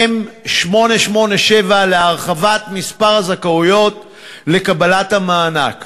מ/887, להרחבת מספר הזכאויות לקבלת המענק.